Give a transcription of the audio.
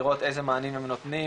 לראות איזה מענים הם נותנים,